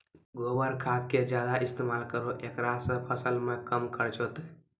गोबर खाद के ज्यादा इस्तेमाल करौ ऐकरा से फसल मे कम खर्च होईतै?